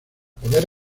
poder